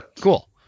cool